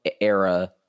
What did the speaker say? era